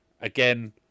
again